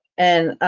and